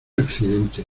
accidente